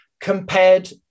compared